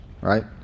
right